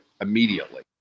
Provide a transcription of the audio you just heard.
immediately